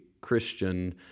Christian